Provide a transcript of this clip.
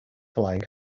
flying